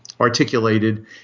articulated